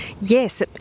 yes